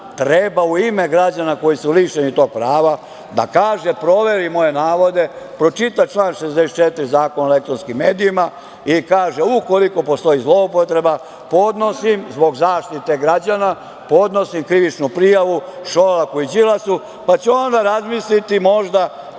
treba u ime građana koji su lišeni tog prava da kaže, proveri moje navode, pročita član 64. Zakona o elektronskim medijima, i kaže - ukoliko postoji zloupotreba podnosim, zbog zaštite građana, podnosim krivičnu prijavu Šolaku i Đilasu, pa ću onda razmisliti, možda,